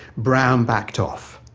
brown backed off.